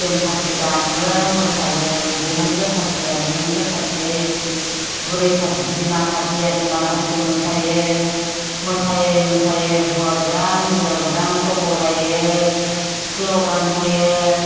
बेमफाथि दाममो मोसायो बिहामजो पार्टि बिहामजो पार्टि बुरै पार्टि बिमा पार्टिया बिमा पार्टि मोसायो मोसायै मोसायै हौवा गोदान हिनजाव गोदानखौ बरायो स्लगान होयो